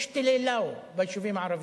יש טילי "לאו" ביישובים הערביים.